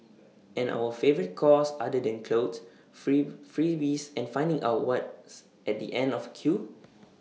and our favourite cause other than clothes free freebies and finding out what's at the end of A queue